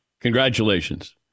Congratulations